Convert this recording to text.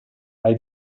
hai